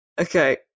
Okay